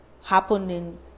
happening